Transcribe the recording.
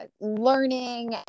learning